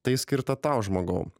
tai skirta tau žmogau